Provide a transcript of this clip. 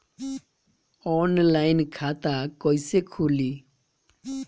Online खाता कईसे खुलि?